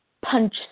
punch